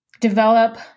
develop